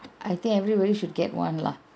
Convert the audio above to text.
I think everybody should get one lah